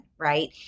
Right